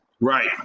Right